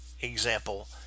example